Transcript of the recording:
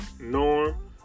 norm